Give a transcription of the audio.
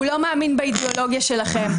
הוא לא מאמין באידיאולוגיה שלכם.